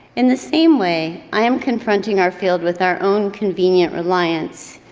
in the same way, i am confronting our field with our own convenient reliance,